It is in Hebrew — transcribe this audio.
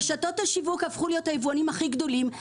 רשתות השיווק הפכו להיות היבואנים הכי גדולים.